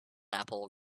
apple